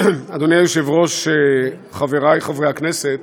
אדוני היושב-ראש, חברי חברי הכנסת,